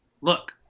look